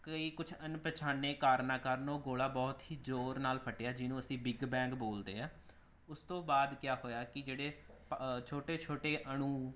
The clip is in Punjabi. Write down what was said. ਕਈ ਕੁਛ ਅਣ ਪਛਾਣੇ ਕਾਰਨਾਂ ਕਾਰਨ ਉਹ ਗੋਲਾ ਬਹੁਤ ਹੀ ਜ਼ੋਰ ਨਾਲ ਫਟਿਆ ਜਿਹਨੂੰ ਅਸੀਂ ਬਿੱਗ ਬੈਂਗ ਬੋਲਦੇ ਹਾਂ ਉਸ ਤੋਂ ਬਾਅਦ ਕਿਆ ਹੋਇਆ ਕਿ ਜਿਹੜੇ ਪ ਛੋਟੇ ਛੋਟੇ ਅਣੂੰ